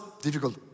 difficult